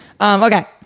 Okay